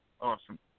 Awesome